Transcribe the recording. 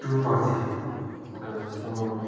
to पढ्थेँ म